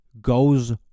goes